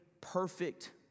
perfect